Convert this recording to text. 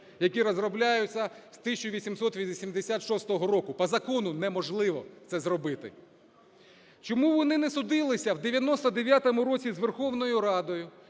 які розробляються з 1886 року, по закону неможливо це зробити. Чому вони не судилися в 1999 році з Верховною Радою,